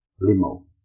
Limo